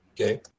Okay